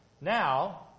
Now